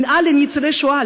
שנאה לניצולי השואה,